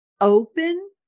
open